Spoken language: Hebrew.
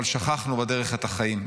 אבל שכחנו בדרך את החיים,